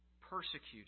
persecuted